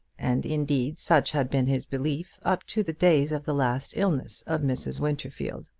and indeed such had been his belief up to the days of the last illness of mrs. winterfield.